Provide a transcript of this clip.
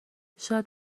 شاید